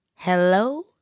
Hello